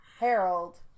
Harold